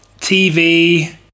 TV